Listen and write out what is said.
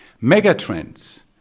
Mega-trends